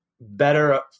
better